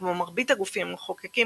כמו מרבית הגופים המחוקקים,